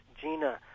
Gina